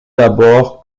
d’abord